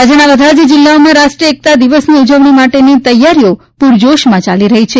રાજયના બધાં જિલ્લાઓમાં રાષ્ટ્રીય એકતા દિવસની ઉજવણી માટેની તૈયારીઓ પૂરજોશમાં યાલી રહી છે